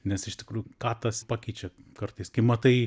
nes iš tikrųjų ką tas pakeičia kartais kai matai